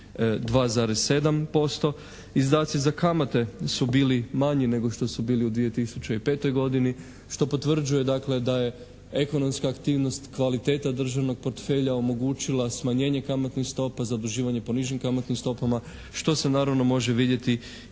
2,7%, izdaci za kamate su bili manji nego što su bili u 2005. godini što potvrđuje dakle da je ekonomska aktivnost kvaliteta državnog portfelja omogućila smanjenje kamatnih stopa, zaduživanje po nižim kamatnim stopama što se naravno može vidjeti